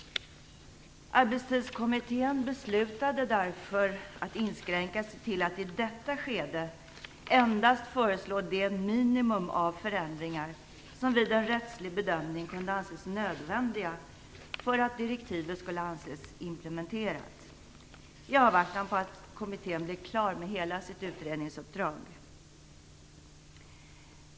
Arbetstidskommittén beslutade därför att inskränka sig till att i detta skede endast föreslå det minimum av förändringar som vid en rättslig bedömning kunde anses nödvändigt för att direktivet skulle anses vara implementerat, i avvaktan på att kommittén blir klar med hela sitt utredningsuppdrag.